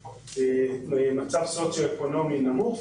במצב סוציו אקונומי נמוך,